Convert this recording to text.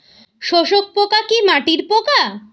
শোষক পোকা কি মাটির পোকা?